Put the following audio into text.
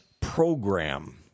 program